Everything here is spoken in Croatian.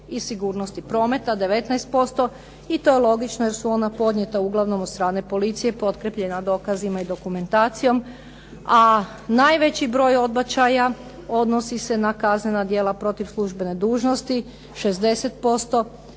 i sigurnosti prometa 19%, i to logično jer su ona podnijeta uglavnom od strane policije potkrepljena dokazima i dokumentacijom. A najveći broj odbačaja odnosi se na kaznena djela protiv službene dužnosti 60%,